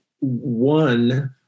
one